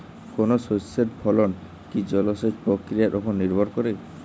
কোনো শস্যের ফলন কি জলসেচ প্রক্রিয়ার ওপর নির্ভর করে?